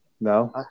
no